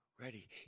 ready